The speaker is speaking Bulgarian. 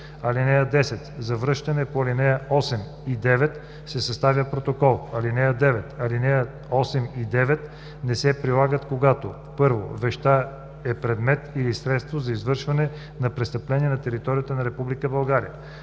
ал. 6. (10) За връщането по ал. 8 и 9 се съставя протокол. (11) Алинеи 8 и 9 не се прилагат, когато: 1. вещта е предмет или средство за извършване на престъпление на територията на